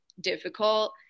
difficult